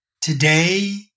today